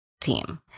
team